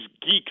geeks